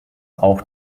auch